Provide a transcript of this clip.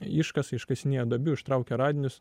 iškasa iškasinėja duobių ištraukia radinius